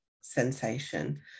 sensation